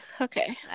Okay